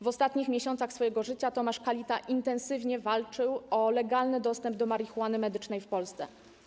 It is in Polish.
W ostatnich miesiącach swojego życia Tomasz Kalita intensywnie walczył o legalny dostęp do marihuany medycznej w Polsce.